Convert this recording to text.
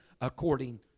according